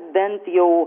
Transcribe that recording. bent jau